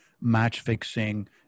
match-fixing